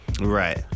Right